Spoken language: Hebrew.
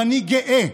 ואני גאה,